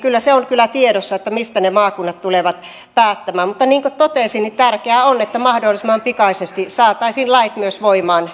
se on kyllä tiedossa mistä ne maakunnat tulevat päättämään mutta niin kuin totesin tärkeää on että mahdollisimman pikaisesti saataisiin lait myös voimaan